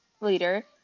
leader